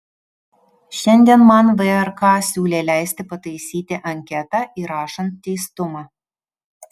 šiandien man vrk siūlė leisti pataisyti anketą įrašant teistumą